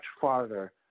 farther